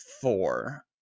four